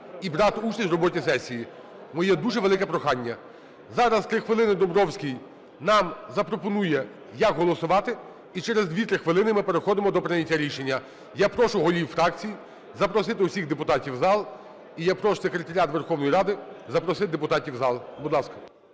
і брати участь в роботі сесії, моє дуже велике прохання. Зараз 3 хвилини Домбровський нам запропонує, як голосувати, і через 2-3 хвилини ми переходимо до прийняття рішення. Я прошу голів фракцій запросити всіх депутатів в зал. І я прошу секретаріат Верховної Ради запросити депутатів в зал, будь ласка.